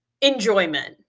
enjoyment